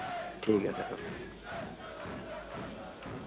ठीक ऐ सर